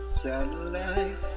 satellite